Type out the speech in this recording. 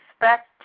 expect